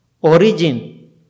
Origin